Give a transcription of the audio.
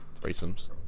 threesomes